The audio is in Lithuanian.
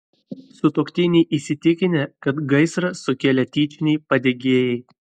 sutuoktiniai įsitikinę kad gaisrą sukėlė tyčiniai padegėjai